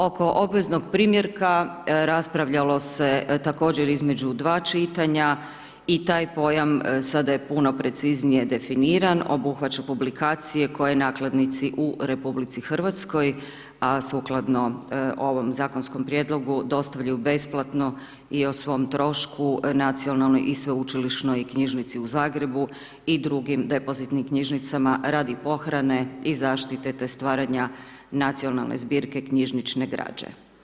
Oko obveznog primjerka raspravljalo se također između dva čitanja i taj pojam sada je puno preciznije definiran, obuhvaća publikacije koje nakladnici u RH, a sukladno ovom zakonskom prijedlogu, dostavljaju besplatno i o svom trošku, Nacionalnoj i Sveučilišnoj knjižnici u Zagrebu i drugim depozitnim knjižnicama radi pohrane i zaštite, te stvaranja Nacionalne zbirke knjižnične građe.